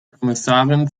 kommissarin